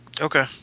okay